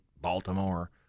Baltimore